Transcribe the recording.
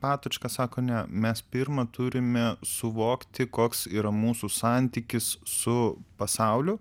patočka sako ne mes pirma turime suvokti koks yra mūsų santykis su pasauliu